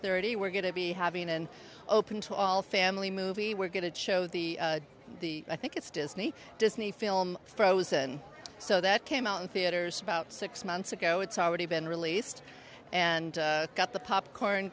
thirty we're going to be having an open to all family movie we're going to show the i think it's disney disney film frozen so that came out in theaters about six months ago it's already been released and got the popcorn